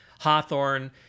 Hawthorne